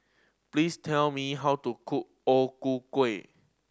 please tell me how to cook O Ku Kueh